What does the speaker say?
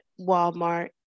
Walmart